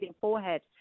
forehead